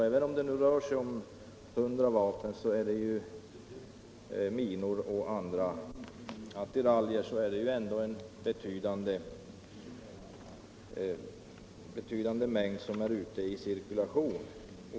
Även om det inte rör sig om flera hundra vapen, minor och andra attiraljer är det ändå en betydande mängd som är ute i cirkulation.